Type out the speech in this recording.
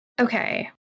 Okay